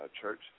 church